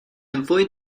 avoid